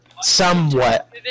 Somewhat